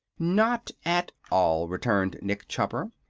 not at all, returned nick chopper.